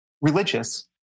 religious